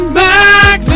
back